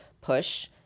push